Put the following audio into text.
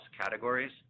categories